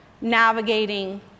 navigating